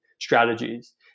strategies